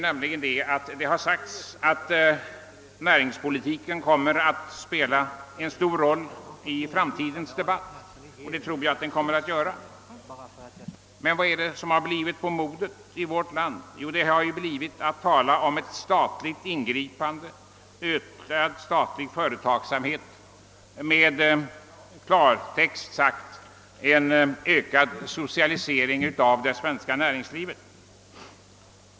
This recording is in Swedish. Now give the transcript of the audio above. Här har sagts att näringspolitiken kommer att spela en stor roll i framtidens debatt, och det tror jag är sant. Men det har ju i vårt land blivit på modet att tala om en ökad statlig företagsamhet, alltså i klartext en ökad socialisering av det svenska näringslivet.